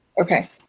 Okay